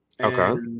Okay